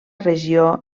regió